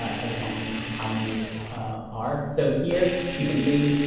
as a function of how many are. so here you can see,